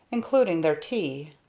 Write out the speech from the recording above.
including their tea.